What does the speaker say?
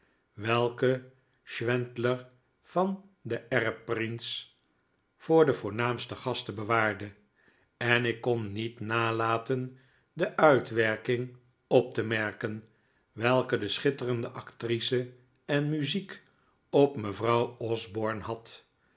welke schwendler van den erbprinz voor de voornaamste gasten bewaarde en ik icon niet nalaten de uitwerking op te merken welke de schitterende actrice en muziek op mevrouw osborne had